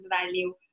value